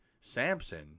Samson